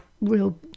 real